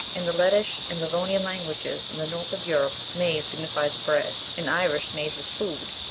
in the lettish and livonian languages, in the north of europe, mayse signifies bread in irish, maise is food,